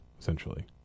essentially